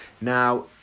Now